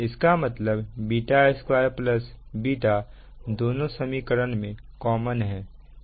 इसका मतलब β2 β दोनों समीकरण में कॉमन है